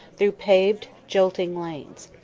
through paved jolting lanes.